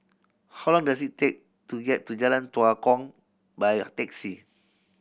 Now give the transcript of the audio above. how long does it take to get to Jalan Tua Kong by taxi